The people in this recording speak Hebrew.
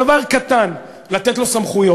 דבר קטן, לתת לו סמכויות.